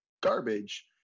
garbage